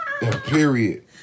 Period